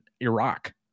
Iraq